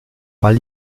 ball